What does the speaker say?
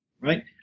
right